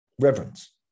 reverence